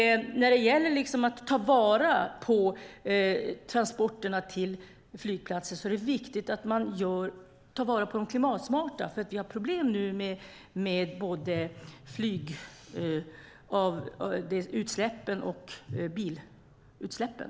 När det gäller transporterna till flygplatsen är det viktigt att man tar vara på de klimatsmarta, för vi har problem nu med både flygutsläppen och bilutsläppen.